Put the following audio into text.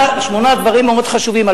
שמונה דברים מאוד חשובים,